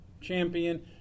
champion